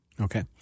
Okay